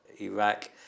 Iraq